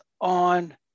on